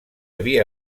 havia